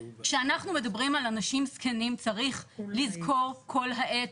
כשאנחנו מדברים על אנשים זקנים צריך לזכור כל העת,